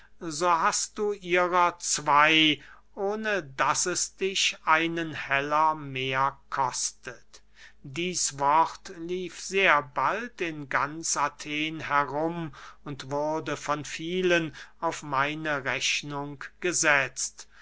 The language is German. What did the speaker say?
so hast du ihrer zwey ohne daß es dich einen heller mehr kostet dieß wort lief sehr bald in ganz athen herum und wurde von vielen auf meine rechnung gesetzt